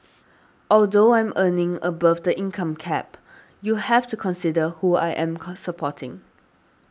although I am earning above the income cap you have to consider who I am co supporting